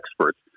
experts